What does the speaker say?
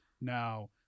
Now